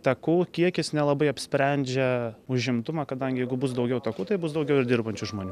takų kiekis nelabai apsprendžia užimtumą kadangi jeigu bus daugiau takų tai bus daugiau ir dirbančių žmonių